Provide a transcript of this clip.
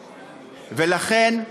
ולכן,